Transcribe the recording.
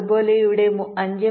അതുപോലെ ഇവിടെ 5